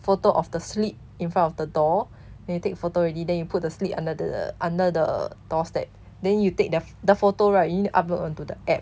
photo of the slip in front of the door then you take photo already then you put the slip under the under the doorstep then you take the the photo right you need to upload onto the app